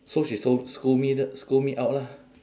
so she sc~ scold me t~ scold me out lah